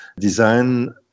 design